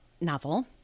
novel